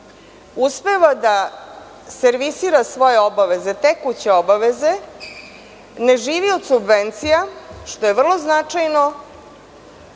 uspeva da servisira svoje tekuće obaveze, ne živi od subvencija, što je vrlo značajno,